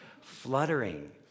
fluttering